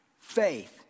faith